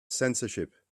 censorship